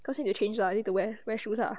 cause need to change ah need to wear wear shoes ah